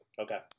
Okay